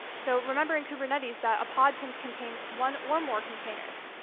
so remember in kubernetes that a pod can contain one or more containers.